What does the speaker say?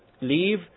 leave